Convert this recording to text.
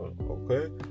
okay